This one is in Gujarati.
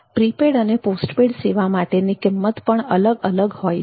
પ્રીપેડ અને પોસ્ટ પેઈડ સેવા માટેની કિંમત પણ અલગ અલગ હોય છે